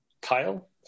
Kyle